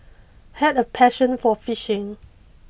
had a passion for fishing